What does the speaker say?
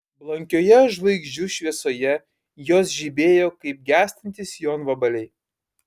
blankioje žvaigždžių šviesoje jos žibėjo kaip gęstantys jonvabaliai